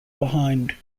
behind